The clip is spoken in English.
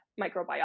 microbiota